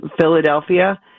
Philadelphia